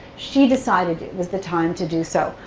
she decided it was the time to do so.